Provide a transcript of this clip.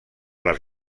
les